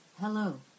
hello